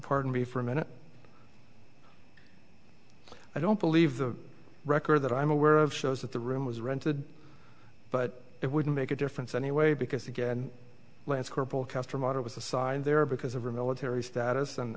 pardon me for a minute i don't believe the record that i'm aware of shows that the room was rented but it wouldn't make a difference anyway because again lance corporal custer model was assigned there because of a military that